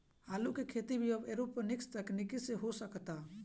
आलू के खेती भी अब एरोपोनिक्स तकनीकी से हो सकता